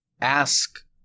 ask